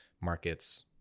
markets